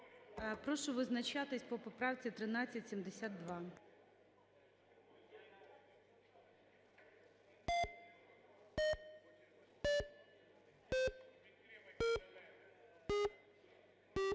прошу визначитися по поправці 1378.